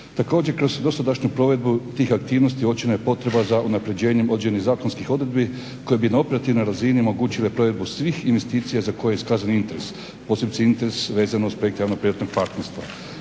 Također, kroz dosadašnju provedbu tih aktivnosti uočena je potreba za unaprjeđenjem određenih zakonskih odredbi koje bi na operativnoj razini omogućile provedbu svih investicija za koje je iskazan interes, posebice interes vezano uz projekt javno-privatnog partnerstva.